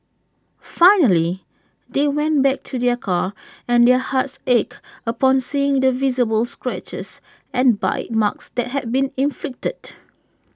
finally they went back to their car and their hearts ached upon seeing the visible scratches and bite marks that had been inflicted